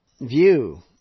view